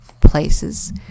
places